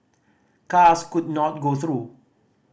cars could not go through